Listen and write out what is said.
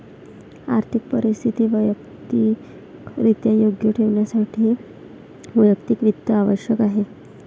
आर्थिक परिस्थिती वैयक्तिकरित्या योग्य ठेवण्यासाठी वैयक्तिक वित्त आवश्यक आहे